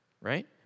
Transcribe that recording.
right